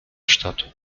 stadt